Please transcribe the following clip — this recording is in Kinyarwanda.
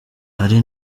hari